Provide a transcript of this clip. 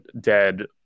dead